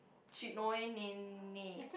Cik Noi nenek